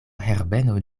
herbeno